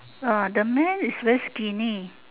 uh the man is very skinny